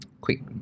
quick